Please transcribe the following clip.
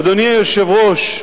אדוני היושב-ראש,